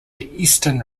eastern